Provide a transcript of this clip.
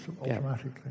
automatically